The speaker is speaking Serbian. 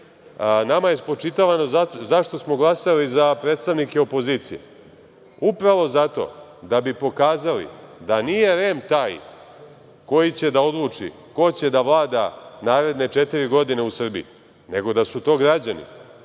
je spočitavano zašto smo glasali za predstavnike opozicije. Upravo zato da bi pokazali da nije REM taj koji će da odluči ko će da vlada naredne četiri godine u Srbiji, nego da su to građani,